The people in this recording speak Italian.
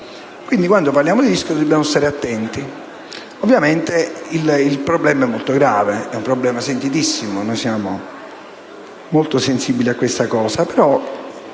Quindi, quando parliamo di rischio dobbiamo stare attenti. Ovviamente, il problema è molto grave: è un problema molto sentito, e noi siamo molto sensibili a tale